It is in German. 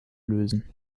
lösen